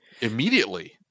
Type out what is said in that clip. immediately